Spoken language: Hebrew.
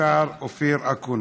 השר אופיר אקוניס.